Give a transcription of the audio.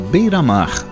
Beiramar